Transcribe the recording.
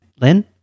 Lynn